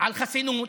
על חסינות,